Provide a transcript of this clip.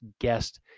guest